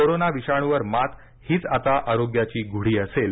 corona विषाणूवर मात हीच आता आरोग्याची गुढी असेल